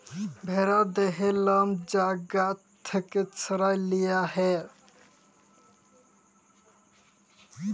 ভ্যারার দেহর লম যা গা থ্যাকে সরাঁয় লিয়া হ্যয়